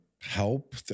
help